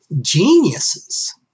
geniuses